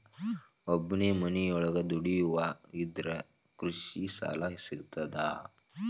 ಒಬ್ಬನೇ ಮನಿಯೊಳಗ ದುಡಿಯುವಾ ಇದ್ರ ಕೃಷಿ ಸಾಲಾ ಸಿಗ್ತದಾ?